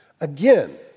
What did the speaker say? Again